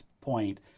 point